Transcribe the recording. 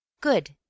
Good